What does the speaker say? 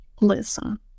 listen